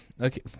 Okay